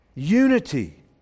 unity